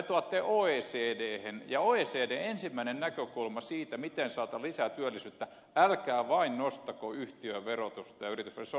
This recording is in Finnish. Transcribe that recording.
te vetoatte oecdhen ja oecdn ensimmäinen näkökulma siitä miten saada työllisyyttä on että älkää vain nostako yhtiöverotusta ja yritysverotusta